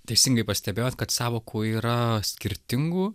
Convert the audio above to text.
teisingai pastebėjot kad sąvokų yra skirtingų